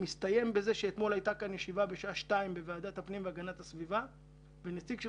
מסתיים בזה שאתמול הייתה כאן ישיבה בוועדת הפנים והגנת הסביבה ונציג של